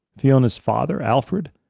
fiona's father, alfred,